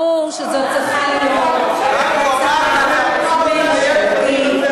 ברור שזאת צריכה להיות הצעת חוק ממשלתית,